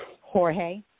Jorge